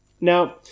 Now